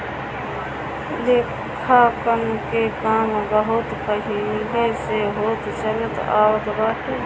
लेखांकन के काम बहुते पहिले से होत चलत आवत बाटे